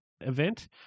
event